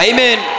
Amen